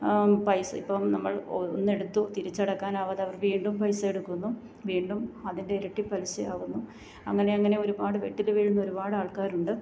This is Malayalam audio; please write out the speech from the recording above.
പൈസ ഇപ്പം നമ്മൾ ഒന്നെടുത്തു തിരിച്ചടയ്ക്കാനാവാതെ അവർ വീണ്ടും പൈസ എടുക്കുന്നു വീണ്ടും അതിൻ്റെ ഇരട്ടി പലിശയാവുന്നു അങ്ങനെ അങ്ങനെ ഒരുപാട് വെട്ടിൽ വീഴുന്ന ഒരുപാട് ആൾക്കാരുണ്ട്